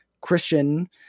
Christian